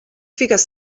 figues